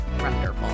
wonderful